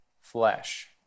flesh